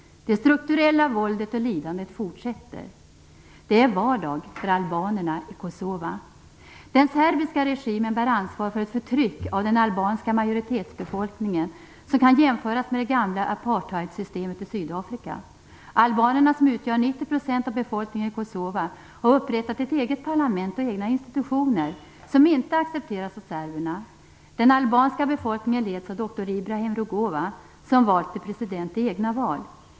Det strukturella våldet och lidandet fortsätter. Det är vardag för albanerna i Kosova. Den serbiska regimen bär ansvar för ett förtryck av den albanska majoritetsbefolkningen som kan jämföras med det gamla apartheidsystemet i Sydafrika. Albanerna, som utgör 90 % av befolkningen i Kosova, har upprättat ett eget parlament och egna institutioner som inte accepteras av serberna. Den albanska befolkningen leds av Dr. Ibrahim Rugova, som valts till president i egna val.